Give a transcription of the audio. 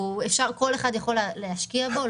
כל אחד יכול להשקיע בו,